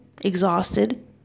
exhausted